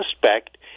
suspect